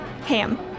ham